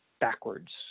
backwards